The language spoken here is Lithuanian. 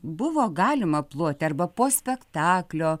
buvo galima ploti arba po spektaklio